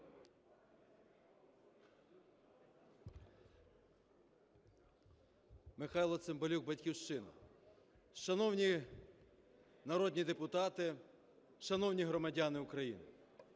Михайло Цимбалюк, "Батьківщина". Шановні народні депутати, шановні громадяни України,